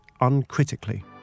uncritically